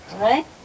right